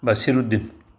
Bashir Uddin